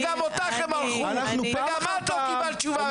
וגם אותך הם מרחו וגם את לא קיבלת תשובות.